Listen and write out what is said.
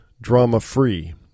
drama-free